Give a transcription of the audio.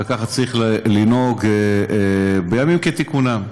וככה צריך לנהוג בימים כתיקונם.